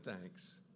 thanks